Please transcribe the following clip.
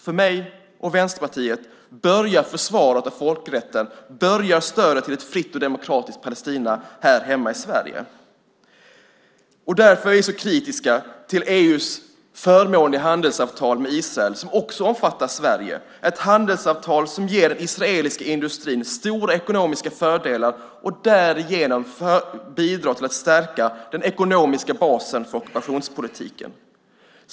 För mig och Vänsterpartiet börjar försvaret av folkrätten och stödet till ett fritt och demokratiskt Palestina här hemma i Sverige. Därför är vi så kritiska till EU:s förmånliga handelsavtal med Israel som också omfattar Sverige. Det är ett handelsavtal som ger den israeliska industrin stora ekonomiska fördelar och därigenom bidrar till att stärka den ekonomiska basen för ockupationspolitiken.